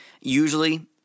usually